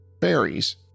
Fairies